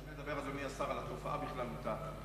אני מדבר, אדוני השר, על התופעה בכללותה.